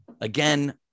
Again